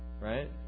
Right